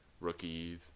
rookies